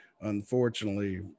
unfortunately